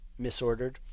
misordered